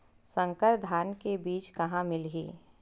संकर धान के बीज कहां मिलही?